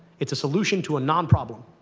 it's a solution to a non-problem.